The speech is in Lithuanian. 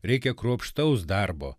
reikia kruopštaus darbo